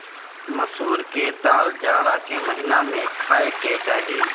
मसूर के दाल जाड़ा के महिना में खाए के चाही